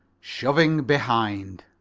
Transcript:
shoving behind.